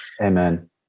amen